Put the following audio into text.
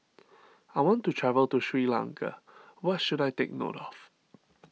I want to travel to Sri Lanka what should I take note of